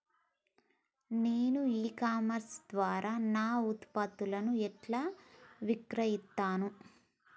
నేను e commerce ద్వారా నా ఉత్పత్తులను ఎట్లా విక్రయిత్తను?